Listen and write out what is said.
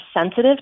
sensitive